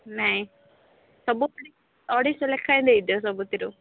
ନାହିଁ ସବୁ ଅଢ଼େଇ ଶହ ଲେଖାଏଁ ଦେଇଦିଅ ସବୁଥିରୁ